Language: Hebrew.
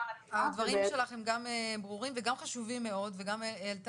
הדברים שלך הם גם ברורים וגם חשובים מאוד וגם העלית